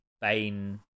Bane